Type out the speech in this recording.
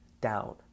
down